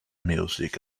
music